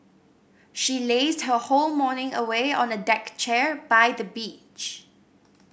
she lazed her whole morning away on a deck chair by the beach